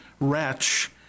wretch